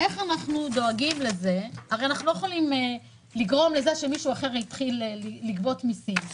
הרי אנחנו לא יכולים לגרום לזה שמישהו אחר יתחיל לגבות מיסים,